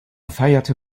feierte